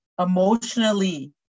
emotionally